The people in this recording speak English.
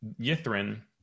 Yithrin